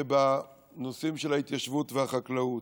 בהם זה בנושאים של ההתיישבות והחקלאות,